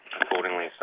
accordingly